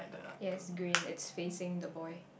yes green it's facing the boy